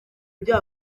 ibyo